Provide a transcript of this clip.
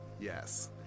Yes